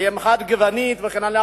הם חדגוניים וכן הלאה,